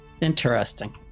Interesting